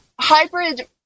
hybrid